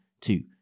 two